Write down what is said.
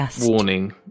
Warning